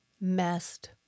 messed